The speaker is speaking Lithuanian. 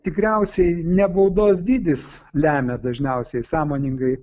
tikriausiai ne baudos dydis lemia dažniausiai sąmoningai